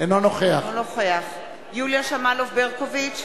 אינו נוכח יוליה שמאלוב-ברקוביץ,